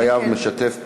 חייב משתף פעולה),